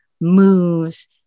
moves